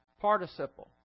participle